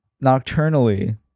nocturnally